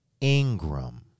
Ingram